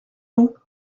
nous